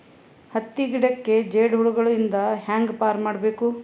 ಹತ್ತಿ ಗಿಡಕ್ಕೆ ಜೇಡ ಹುಳಗಳು ಇಂದ ಹ್ಯಾಂಗ್ ಪಾರ್ ಮಾಡಬೇಕು?